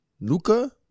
Luca